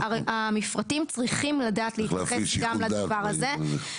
המפרטים צריכים לדעת להתייחס גם לדבר הזה.